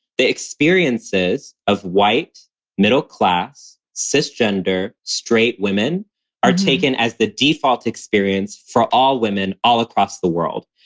the experiences of white middle class cis gender straight women are taken as the default experience for all women all across the world.